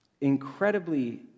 incredibly